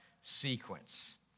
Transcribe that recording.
sequence